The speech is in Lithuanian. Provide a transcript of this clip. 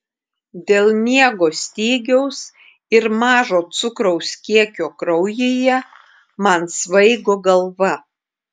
dėl miego stygiaus ir mažo cukraus kiekio kraujyje man svaigo galva